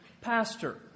pastor